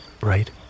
Right